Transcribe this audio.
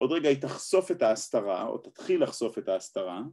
עוד רגע היא תחשוף את ההסתרה, או תתחיל לחשוף את ההסתרה